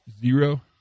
zero